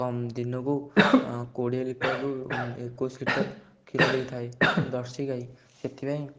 କମ୍ ଦିନକୁ କୋଡ଼ିଏ ଲିଟର୍ରୁ ଏକୋଇଶି ଲିଟର୍ କ୍ଷୀର ଦେଇଥାଏ ଜର୍ସି ଗାଈ ସେଥିପାଇଁ